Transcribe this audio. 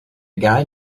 guy